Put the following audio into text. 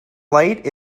light